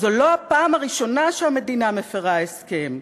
זו לא הפעם הראשונה שהמדינה מפרה הסכם,